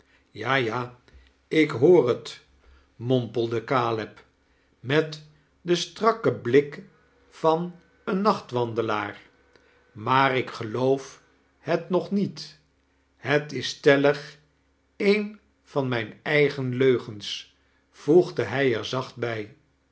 ja ja ik hoor het mompelde caleb met den st-rakken blik van een nachtwandelaar maar ik geloof het nog niet het is stellig een van mijn eigen leugens voegde hij er zacht bij